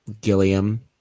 Gilliam